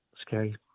scary